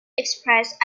expressed